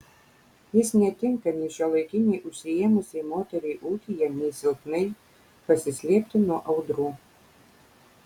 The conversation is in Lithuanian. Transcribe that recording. jis netinka nei šiuolaikinei užsiėmusiai moteriai ūkyje nei silpnai pasislėpti nuo audrų